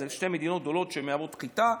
שתי מדינות גדולות שמייצאות חיטה,